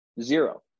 zero